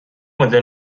مدل